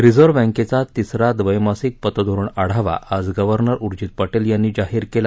reserve बँकेचा तिसरा ड्रेमासिक पतधोरण आढावा आज गव्हर्नर उर्जित पटेल यांनी जाहीर केला